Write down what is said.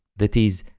that is,